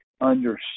understand